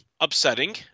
upsetting